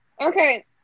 Okay